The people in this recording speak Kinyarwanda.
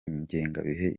ingengabihe